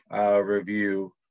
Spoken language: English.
review